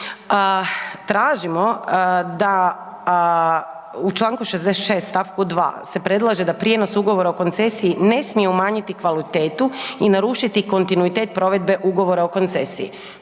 tražimo da u Članku 66. stavku 2. se predlaže da prijenos ugovora o koncesiji ne smije umanjiti kvalitetu i narušiti kontinuitet provedbe ugovora o koncesiji,